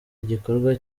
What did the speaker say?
igikorwa